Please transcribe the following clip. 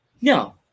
no